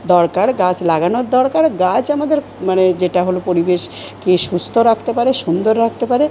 দরকার গাছ লাগানোর দরকার গাছ আমাদের মানে যেটা হল পরিবেশ কে সুস্থ রাখতে পারে সুন্দর রাখতে পারে